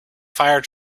fire